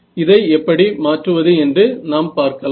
இதை எப்படி மாற்றுவது என்று நாம் பார்க்கலாம்